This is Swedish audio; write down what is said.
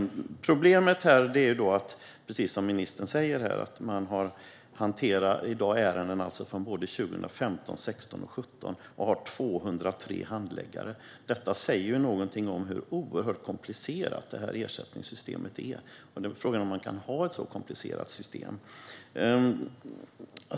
Problemet, vilket ministern också tog upp, är att man i dag hanterar ärenden från 2015, 2016 och 2017 och att man har 203 handläggare. Detta säger något om hur oerhört komplicerat ersättningssystemet är. Frågan är om man kan ha ett så komplicerat system.